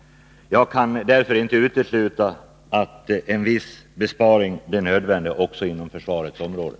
Jag kan därför inte utesluta att en viss besparing blir nödvändig också inom försvarets områden.